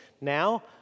now